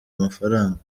amafaranga